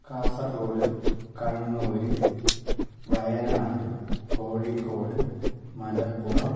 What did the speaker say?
Kasaragod Kannur Wayanad Kozhikode Malappuram